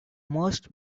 most